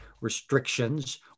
restrictions